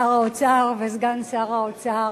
שר האוצר וסגן שר האוצר.